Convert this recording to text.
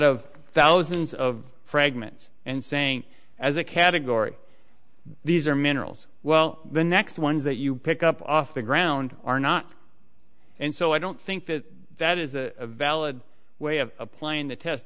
of thousands of fragments and saying as a category these are minerals well the next ones that you pick up off the ground are not and so i don't think that that is a valid way of applying the test